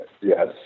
yes